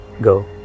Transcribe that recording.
go